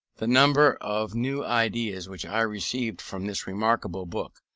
the number of new ideas which i received from this remarkable book,